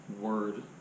word